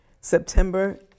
September